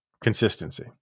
consistency